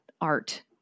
art